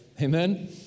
Amen